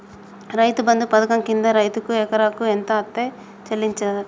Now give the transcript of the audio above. రైతు బంధు పథకం కింద రైతుకు ఎకరాకు ఎంత అత్తే చెల్లిస్తరు?